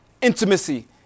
intimacy